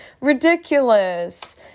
Ridiculous